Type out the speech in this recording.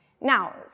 Now